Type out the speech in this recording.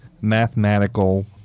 mathematical